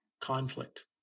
conflict